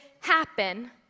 happen